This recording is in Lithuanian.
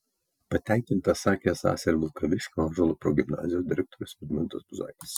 patenkintas sakė esąs ir vilkaviškio ąžuolo progimnazijos direktorius vidmantas buzaitis